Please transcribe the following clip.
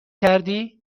کردی